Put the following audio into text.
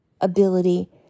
ability